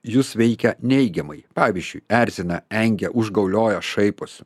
jus veikia neigiamai pavyzdžiui erzina engia užgaulioja šaiposi